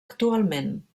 actualment